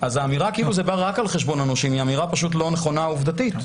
האמירה שזה בא רק על חשבון הנושים היא אמירה לא נכונה עובדתית.